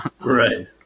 right